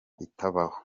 itabaho